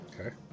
Okay